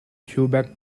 quebec